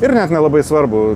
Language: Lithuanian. ir net nelabai svarbu